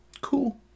Cool